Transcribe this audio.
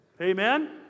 Amen